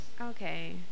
Okay